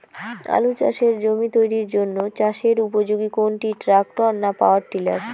আলু চাষের জমি তৈরির জন্য চাষের উপযোগী কোনটি ট্রাক্টর না পাওয়ার টিলার?